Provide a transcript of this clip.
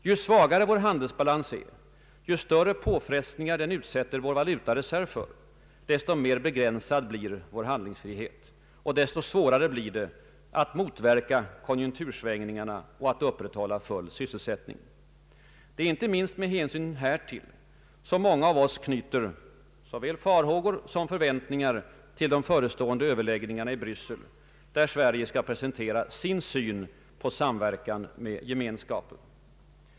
Ju svagare vår handelsbalans är och ju större påfrestningar den utsätter vår valutareserv för, desto mer begränsad blir vår handlingsfrihet och desto svårare blir det att motverka konjunktursvängningarna och upprätthålla full sysselsättning. Det är inte minst med hänsyn härtill som många av oss knyter såväl farhågor som förväntningar till de förestående överläggningarna i Bryssel, där Sverige skall presentera sin syn på samverkan med Gemenskapen.